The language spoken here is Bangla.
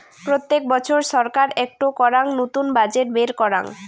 প্রত্যেক বছর ছরকার একটো করাং নতুন বাজেট বের করাং